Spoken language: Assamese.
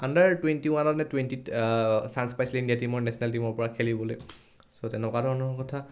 আণ্ডাৰ টুৱেণ্টি ৱানতনে টুৱেণ্টিত চাঞ্চ পাইছিলে ইণ্ডিয়া টীমৰ নেছনেল টীমৰ পৰা খেলিবলৈ চ' তেনেকুৱা ধৰণৰ কথা